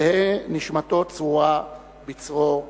תהא נשמתו צרורה בצרור החיים.